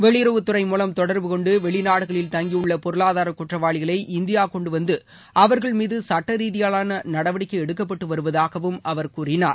வெளியுறவுத்துறை மூலம் தொடர்புகொண்டு வெளிநாடுகளில் தங்கியுள்ள பொருளாதார குற்றவாளிகளை இந்தியா கொண்டு வந்து அவர்கள் மீது சுட்டரீதியிலான நடவடிக்கை எடுக்கப்பட்டுவருவதாகவும் அவர் கூறினார்